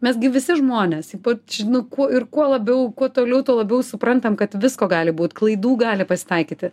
mes gi visi žmonės ypač nu kuo ir kuo labiau kuo toliau tuo labiau suprantam kad visko gali būt klaidų gali pasitaikyti